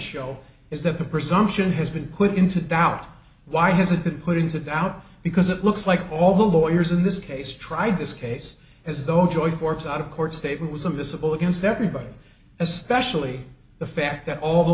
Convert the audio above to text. show is that the presumption has been put into doubt why has it been put into doubt because it looks like all the lawyers in this case tried this case as though joy forbes out of court statement was of this of all against everybody especially the fact that all the